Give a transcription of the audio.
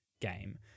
game